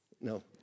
No